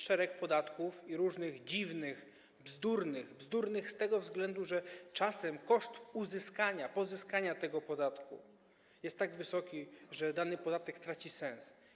Szereg podatków różnych dziwnych, bzdurnych, a bzdurnych z tego względu, że czasem koszt pozyskania tego podatku jest tak wysoki, że dany podatek traci sens.